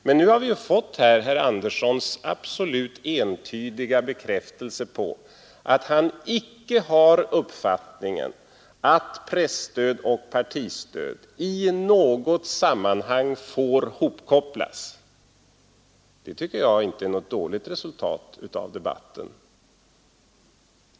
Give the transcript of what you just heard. Men nu har vi ju fått herr Anderssons absolut entydiga deklaration att han icke har uppfattningen att presstöd och partistöd i något sammanhang får hopkopplas. Det tycker jag inte är något dåligt resultat av debatten.